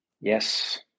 Yes